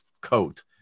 coat